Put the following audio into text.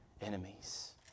enemies